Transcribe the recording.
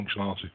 functionality